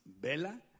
Bella